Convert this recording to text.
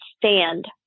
stand